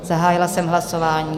Zahájila jsem hlasování.